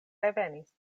revenis